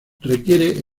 requiere